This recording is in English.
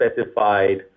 specified